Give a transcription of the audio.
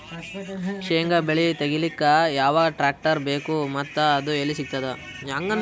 ಶೇಂಗಾ ಬೆಳೆ ತೆಗಿಲಿಕ್ ಯಾವ ಟ್ಟ್ರ್ಯಾಕ್ಟರ್ ಬೇಕು ಮತ್ತ ಅದು ಎಲ್ಲಿ ಸಿಗತದ?